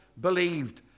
believed